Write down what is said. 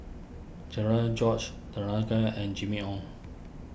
Cherian George Danaraj and Jimmy Ong